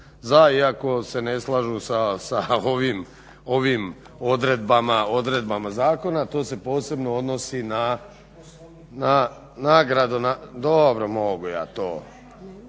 iako se ne slažu sa ovim odredbama zakona, a to se posebno odnosi na nagradu. Dobro mogu ja to.